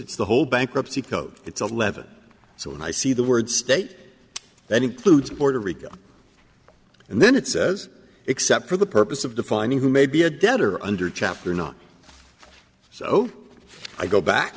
it's the whole bankruptcy code it's eleven so when i see the word state that includes puerto rico and then it says except for the purpose of defining who may be a debtor under chapter or not so i go back